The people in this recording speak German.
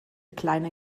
kleine